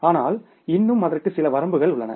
ஆனால் இன்னும் அதற்கு சில வரம்புகள் உள்ளன